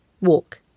walk